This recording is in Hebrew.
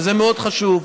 שזה מאוד חשוב.